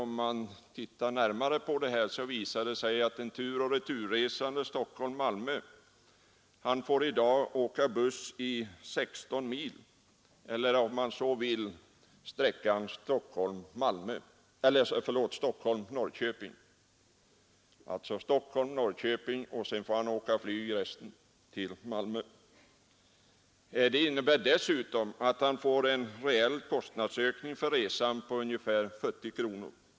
En person som skall flyga tur och retur Stockholm-—-Malmö får i dag åka buss 16 mil, eller om man så vill sträckan Stockholm-—-Norrköping. Det innebär dessutom att han får en reell kostnadsökning för resan på ungefär 40 kronor.